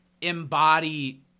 embody